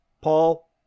Paul